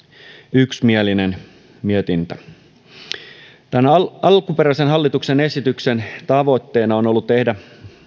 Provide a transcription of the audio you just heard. yksimielinen mietintö hallituksen alkuperäisen esityksen tavoitteena on ollut tehdä